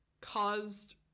caused